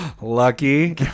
Lucky